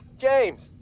James